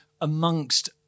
amongst